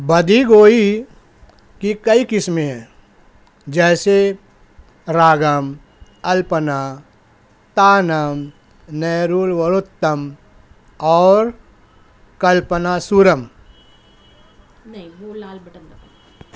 بدیہہ گوئی کی کئی قسمیں ہیں جیسے راگم الپنا تانم نیرول وروتّم اور کلپنا سورم